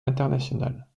internationales